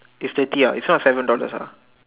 is thirty ah it's not seven dollars ah